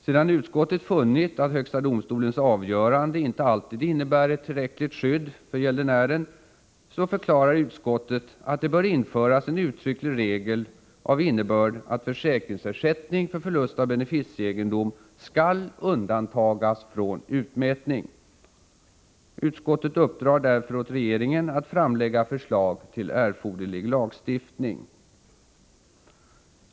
Sedan utskottet funnit att HD:s avgörande inte alltid innebär ett tillräckligt skydd för gäldenären, förklarar utskottet att det bör införas en uttrycklig regel av innebörden att försäkringsersättning för förlust av beneficieegendom skall undantas från utmätning. Utskottet uppdrar därför åt regeringen att framlägga förslag till erforderlig lagstiftning.